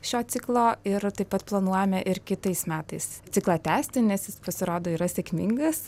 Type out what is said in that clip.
šio ciklo ir taip pat planuojame ir kitais metais ciklą tęsti nes jis pasirodo yra sėkmingas